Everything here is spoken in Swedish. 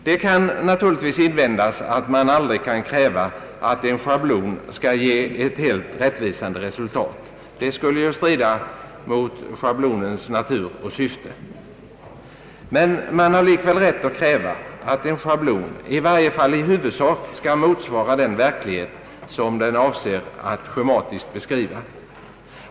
Det kan naturligtvis invändas att man aldrig kan kräva att en schablon skall ge ett helt rättvisande resultat — det skulle ju strida mot schablonens natur och syfte. Men man har likväl rätt att kräva att en schablon i varje fall i huvudsak skall motsvara den verklighet som den avser att schematiskt beskriva.